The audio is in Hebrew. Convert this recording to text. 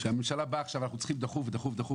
שהממשלה אומרת שהיא צריכה להעביר דחוף.